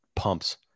pumps